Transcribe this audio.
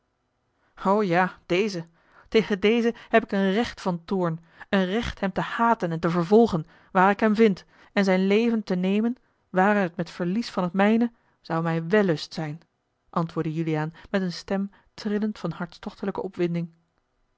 ja dezen tegen dezen heb ik een recht van toorn een recht hem te haten en te vervolgen waar ik hem vind en zijn leven te nemen ware het met verlies van het mijne zou mij wellust zijn antwoordde juliaan met eene stem trillend van hartstochtelijke opwinding